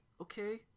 okay